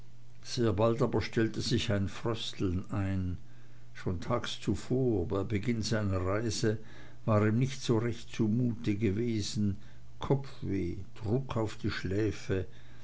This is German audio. sehr bald aber stellte sich ein frösteln ein schon tags zuvor bei beginn seiner reise war ihm nicht so recht zumute gewesen kopfweh druck auf die schläfe